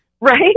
Right